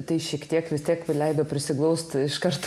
tai šiek tiek vis tiek leido prisiglausti iškart